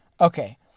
Okay